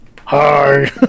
Hi